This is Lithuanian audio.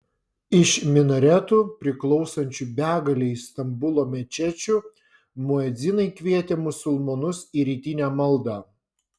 iš minaretų priklausančių begalei stambulo mečečių muedzinai kvietė musulmonus į rytinę maldą